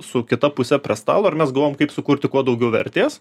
su kita puse prie stalo ir mes galvojam kaip sukurti kuo daugiau vertės